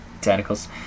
Tentacles